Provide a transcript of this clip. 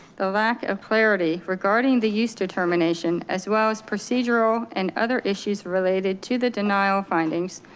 the lack of clarity regarding the use determination as well as procedural and other issues related to the denial findings.